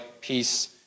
peace